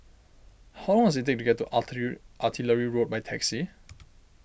how long does it take to get to Artillery Road by taxi